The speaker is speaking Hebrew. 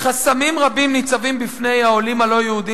חסמים רבים ניצבים בפני העולים הלא-יהודים,